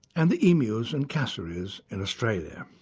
and the emus and cassowaries in australia.